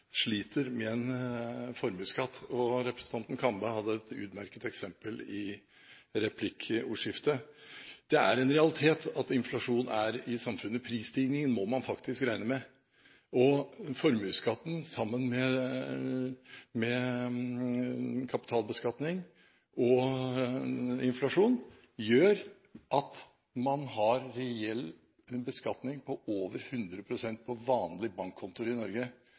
sliter med en formuesskatt. Representanten Kambe hadde et utmerket eksempel i replikkordskiftet. Det er en realitet at inflasjon er i samfunnet. Prisstigning må man faktisk regne med. Formuesskatten, sammen med kapitalbeskatning og inflasjon, gjør at man har en reell beskatning på over 100 pst. på vanlige bankkontoer i Norge.